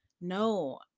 No